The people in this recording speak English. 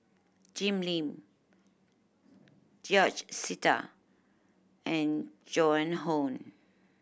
Jim Lim George Sita and Joan Hon